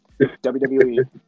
WWE